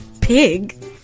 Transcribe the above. pig